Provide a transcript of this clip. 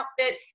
outfit